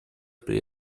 при